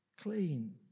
clean